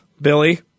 Billy